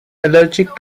allergic